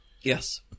Yes